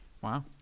Wow